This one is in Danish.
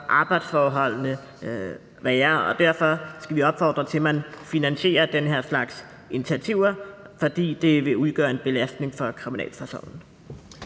arbejdsforholdene værre. Derfor skal vi opfordre til, at man finansierer den her slags initiativer, da det vil udgøre en belastning for kriminalforsorgen.